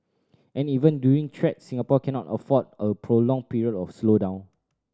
and even during threats Singapore cannot afford a prolonged period of slowdown